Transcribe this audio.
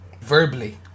verbally